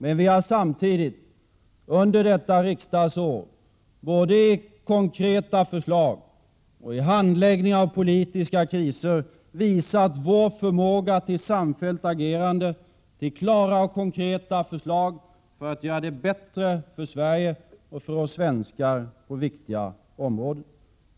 Men samtidigt har vi under detta riksdagsår, både i konkreta förslag och i handläggning av politiska kriser, visat vår förmåga till ett samfällt agerande och att lägga fram klara och konkreta förslag för att göra det bättre för Sverige och för oss svenskar på olika områden.